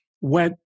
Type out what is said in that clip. went